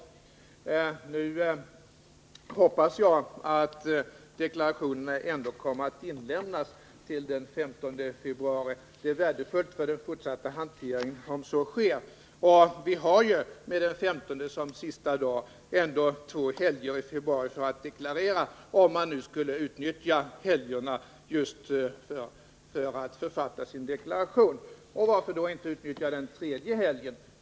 Jag hoppas att deklarationerna ändå kommer att inlämnas till den 15 februari. Det är värdefullt för den fortsatta hanteringen att så sker. Med den 15 februari som sista dag är det ändå två helger i februari då man kan deklarera, om man skulle vilja utnyttja helgerna just till att författa sin deklaration. Och varför då inte utnyttja den tredje helgen.